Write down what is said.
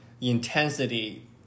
intensity